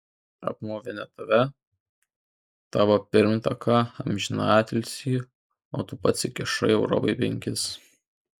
apmovė ne tave tavo pirmtaką amžinatilsį o tu pats įkišai europai penkis